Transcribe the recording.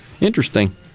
Interesting